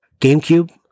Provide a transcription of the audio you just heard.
GameCube